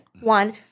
One